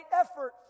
effort